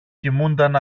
κοιμούνταν